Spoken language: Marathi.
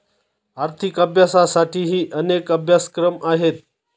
आर्थिक अभ्यासासाठीही अनेक अभ्यासक्रम आहेत